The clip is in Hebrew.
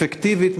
אפקטיבית,